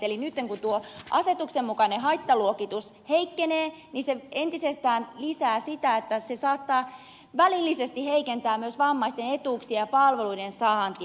eli nyt kun tuo asetuksen mukainen haittaluokitus heikkenee niin se entisestään lisää sitä että se saattaa välillisesti heikentää myös vammaisten etuuksien ja palveluiden saantia